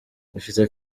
ifite